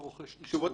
שוב,